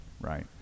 right